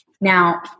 Now